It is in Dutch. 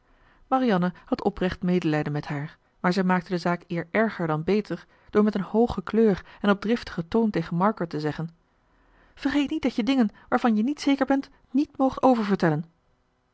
marianne had oprecht medelijden met haar maar zij maakte de zaak eer erger dan beter door met een hooge kleur en op driftigen toon tegen margaret te zeggen vergeet niet dat je dingen waarvan je niet zeker bent niet moogt